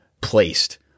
placed